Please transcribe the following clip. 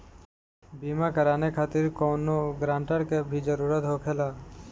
बीमा कराने खातिर कौनो ग्रानटर के भी जरूरत होखे ला?